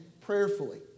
prayerfully